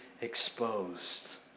exposed